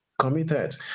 committed